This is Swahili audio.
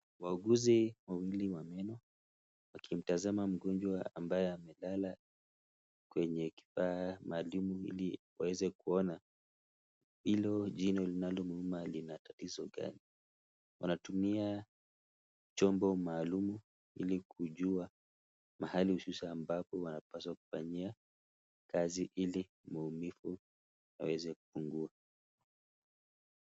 Wauguzi wawili wa meno wakimtazama mgonjwa ambaye amelala kwenye kifaa maalum ili waeze kuona hilo jino linalomuuma lina tatizo gani. Wanatumia chombo maalumu ili kujua mahali hususan ambapo wanapaswa kufanyia kazi ili maumivu yaweze kupungua.